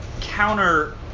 counter